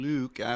Luke